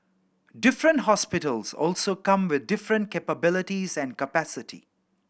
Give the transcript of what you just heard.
different hospitals also come with different capabilities and capacity